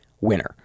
winner